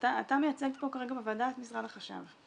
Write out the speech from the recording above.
אתה מייצג פה כרגע בוועדה את משרד החשב,